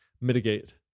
mitigate